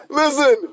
listen